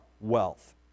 wealth